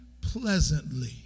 pleasantly